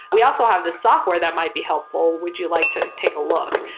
we also have the software that might be helpful. would you like to take a look?